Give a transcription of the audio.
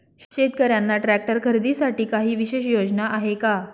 शेतकऱ्यांना ट्रॅक्टर खरीदीसाठी काही विशेष योजना आहे का?